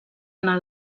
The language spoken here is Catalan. anna